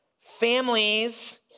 families